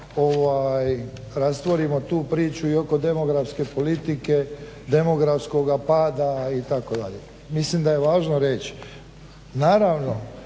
rastvorimo tu priču i oko demografske politike, demografskoga pada itd. Mislim da je važno reći, naravno